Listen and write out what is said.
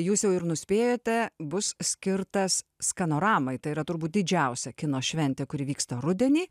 jūs jau ir nuspėjote bus skirtas skanoramai tai yra turbūt didžiausia kino šventė kuri vyksta rudenį